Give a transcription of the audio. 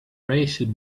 raised